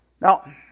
Now